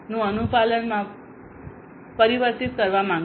0 અનુપાલનમાં પરિવર્તિત કરવા માંગે છે